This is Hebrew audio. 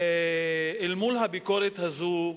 אל מול הביקורת הזאת,